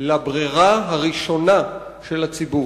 לברירה הראשונה של הציבור.